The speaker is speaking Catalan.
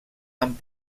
amb